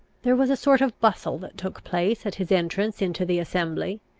there was a sort of bustle that took place at his entrance into the assembly,